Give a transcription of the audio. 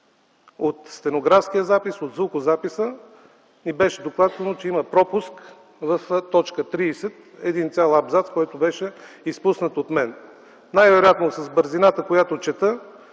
от стенографския запис, от звукозаписа ми беше докладвано, че има пропуск в т. 30 – един цял абзац, който беше изпуснат от мен. Най-вероятно с бързината, която чета,